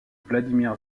vladimir